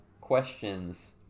questions